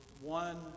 one